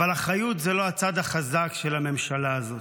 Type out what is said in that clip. אבל אחריות זה לא הצד החזק של הממשלה הזאת.